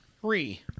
three